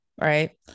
right